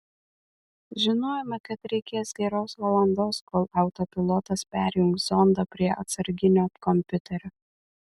žinojome kad reikės geros valandos kol autopilotas perjungs zondą prie atsarginio kompiuterio